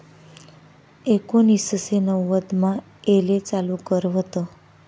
एकोनिससे नव्वदमा येले चालू कर व्हत